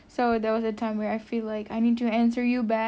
so there was a time where I feel like I need to answer you back